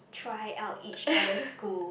try out each other school